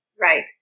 Right